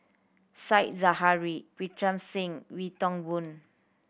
Said Zahari Pritam Singh Wee Toon Boon